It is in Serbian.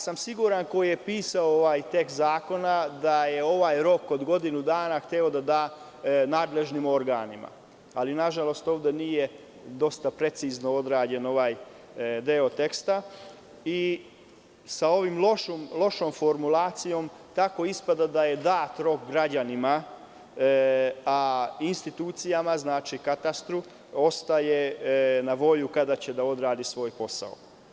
Siguran sam da ko je pisao ovaj tekst zakona da je ovaj rok od godinu dana hteo da da nadležnim organima, ali nažalost ovde nije dosta precizno odrađen ovaj deo ovog teksta i sa ovom lošom formulacijom tako ispada da je dat rok građanima, a institucijama ostaje na volju kada će da odrade svoj posao.